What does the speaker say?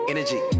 Energy